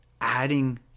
adding